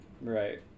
Right